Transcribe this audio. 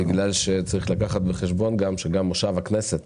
בגלל שצריך לקחת בחשבון שגם מושב הכנסת